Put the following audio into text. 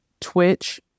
Twitch